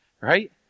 Right